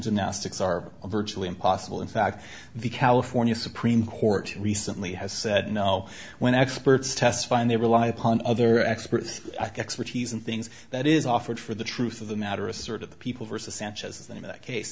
gymnastics are virtually impossible in fact the california supreme court recently has said no when experts testify and they rely upon other experts ike expertise and things that is offered for the truth of the matter is sort of the people versus sanchez